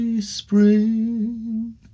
spring